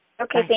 Okay